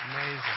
Amazing